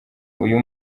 uyu